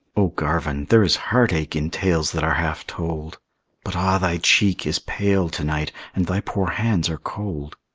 o garvin, there is heartache in tales that are half told but ah, thy cheek is pale to-night, and thy poor hands are cold!